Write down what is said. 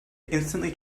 instantly